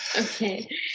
Okay